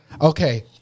Okay